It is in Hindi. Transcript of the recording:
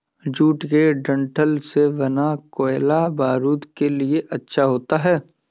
जूट के डंठल से बना कोयला बारूद के लिए अच्छा होता है